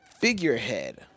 figurehead